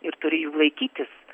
ir turi jų laikytis